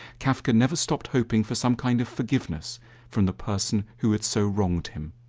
kafka never stopped hoping for some kind of forgiveness from the person who had so wronged him.